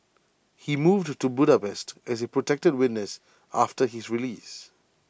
he moved to Budapest as A protected witness after his release